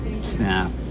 Snap